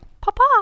Papa